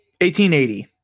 1880